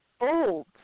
old